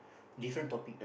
different topic